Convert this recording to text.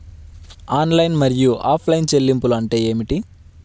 Online మరియు offline చెల్లింపులు అంటే ఏమిటి?